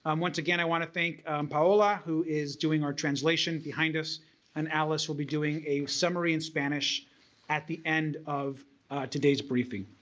um once again i want to thank paola who is doing our translation behind us and alice will be doing a summary in spanish at the end of today's briefing.